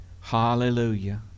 Hallelujah